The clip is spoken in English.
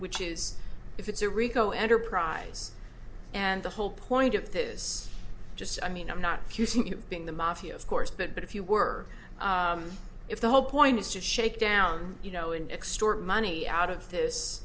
which is if it's a rico enterprise and the whole point of that is just i mean i'm not accusing you of being the mafia of course but but if you were if the whole point is to shake down you know in extort money out of this